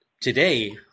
today